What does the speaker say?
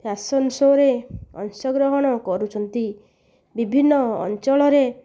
fashion ସୋ'ରେ ଅଂଶ ଗ୍ରହଣ କରୁଛନ୍ତି ବିଭିନ୍ନ ଅଞ୍ଚଳରେ